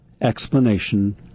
explanation